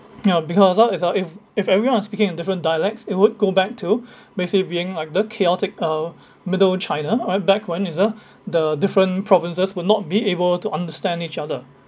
you know because uh is uh if if everyone is speaking in different dialects it would go back to basic being like the chaotic of middle china alright back when is the the different provinces will not be able to understand each other